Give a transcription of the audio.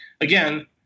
again